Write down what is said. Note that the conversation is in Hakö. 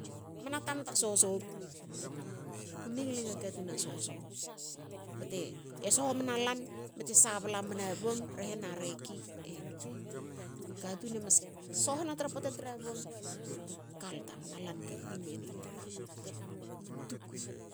Mna tamta sho sho ku- kumne ngil enga katun a shosho ku bte sho sho mna lan te sabla man bong bte kalta mna lan ka kui miyen aman tukui